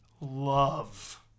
love